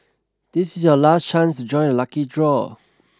this is your last chance to join the lucky draw